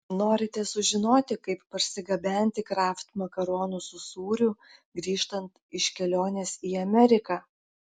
norite sužinoti kaip parsigabenti kraft makaronų su sūriu grįžtant iš kelionės į ameriką